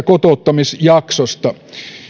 kotouttamisjaksosta